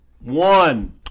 one